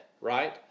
right